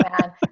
man